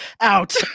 out